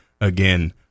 again